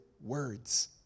words